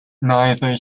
neither